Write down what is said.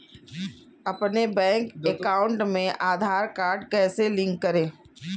अपने bank account में Aadhaar card कैसे लिंक करें?